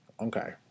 okay